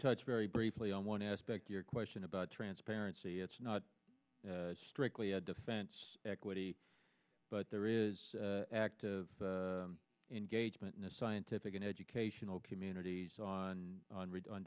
touch very briefly on one aspect your question about transparency it's not strictly a defense equity but there is active engagement in the scientific and educational communities on